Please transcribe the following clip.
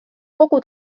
kogu